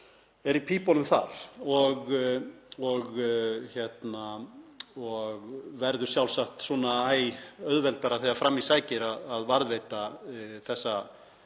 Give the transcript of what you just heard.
er í pípunum þar og verður sjálfsagt æ auðveldara þegar fram í sækir að varðveita þessa